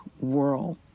world